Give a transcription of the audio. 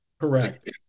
Correct